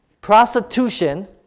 Prostitution